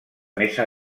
mesa